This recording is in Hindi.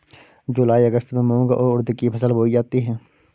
जूलाई अगस्त में मूंग और उर्द की फसल बोई जाती है